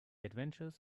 adventures